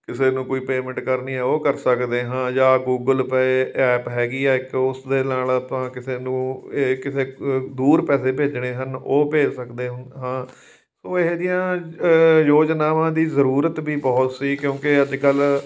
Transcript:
ਕਿਸੇ ਨੂੰ ਕੋਈ ਪੇਮੈਂਟ ਕਰਨੀ ਹੈ ਉਹ ਕਰ ਸਕਦੇ ਹਾਂ ਜਾਂ ਗੂਗਲ ਪੇ ਐਪ ਹੈਗੀ ਆ ਇੱਕ ਉਸ ਦੇ ਨਾਲ ਆਪਾਂ ਕਿਸੇ ਨੂੰ ਕਿਸੇ ਦੂਰ ਪੈਸੇ ਭੇਜਣੇ ਹਨ ਉਹ ਭੇਜ ਸਕਦੇ ਹੋ ਹਾਂ ਇਹੋ ਜਿਹੀਆਂ ਯੋਜਨਾਵਾਂ ਦੀ ਜ਼ਰੂਰਤ ਵੀ ਬਹੁਤ ਸੀ ਕਿਉਂਕਿ ਅੱਜ ਕੱਲ੍ਹ